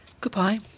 Goodbye